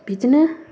बिदिनो